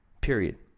period